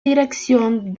dirección